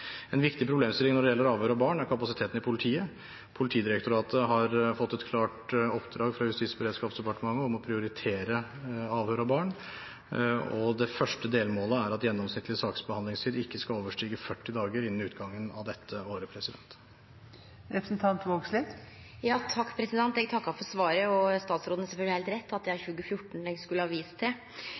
En viktig problemstilling når det gjelder avhør av barn, er kapasiteten i politiet. Politidirektoratet har fått et klart oppdrag fra Justis- og beredskapsdepartementet om å prioritere avhør av barn, og det første delmålet er at gjennomsnittlig saksbehandlingstid ikke skal overstige 40 dager innen utgangen av dette året. Eg takkar for svaret, og statsråden har sølvsagt heilt rett i at det er 2014 eg skulle ha vist til.